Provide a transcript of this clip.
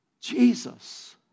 Jesus